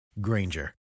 granger